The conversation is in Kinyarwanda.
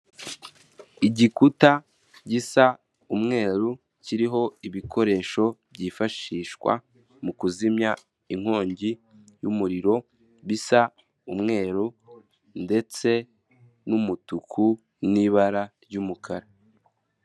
Igikuta gisa umweru kiriho ibikoresho byifashishwa mu kuzimya inkongi y'umuriro bisa umweru ndetse n'umutuku n'ibara ry'umukara.